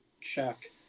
check